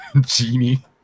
Genie